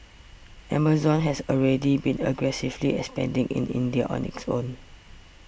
Amazon has already been aggressively expanding in India on its own